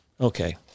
okay